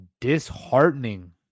disheartening